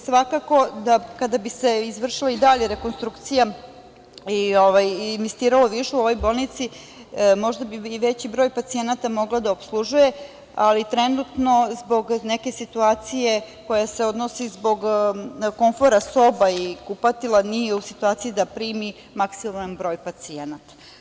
Svakako kada bi se izvršila i dalja rekonstrukcija i investiralo više u ovoj bolnici možda bi i veći broj pacijenata moglo da opslužuje, ali trenutno zbog neke situacije koja se odnosi zbog komfora soba i kupatila nije u situaciji da primi maksimalan broj pacijenata.